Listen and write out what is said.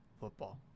football